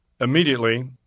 Immediately